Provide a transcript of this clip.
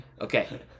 Okay